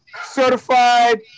certified